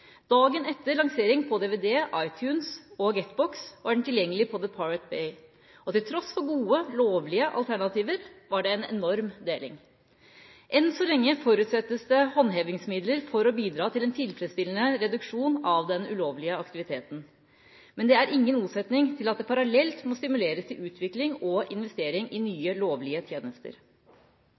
den tilgjengelig på The Pirate Bay. Og til tross for gode, lovlige alternativer var det en enorm deling. Enn så lenge forutsettes det håndhevingsmidler for å bidra til en tilfredsstillende reduksjon av den ulovlige aktiviteten. Men det er ingen motsetning til at det parallelt må stimuleres til utvikling og investering i nye, lovlige tjenester.